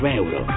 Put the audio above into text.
euro